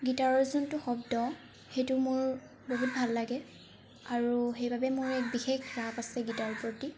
গীটাৰৰ যোনটো শব্দ সেইটো মোৰ বহুত ভাল লাগে আৰু সেইবাবে মোৰ এক বিশেষ ৰাপ আছে গীটাৰৰ প্ৰতি